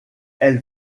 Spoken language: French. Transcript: elle